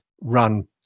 run